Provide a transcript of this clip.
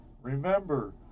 remember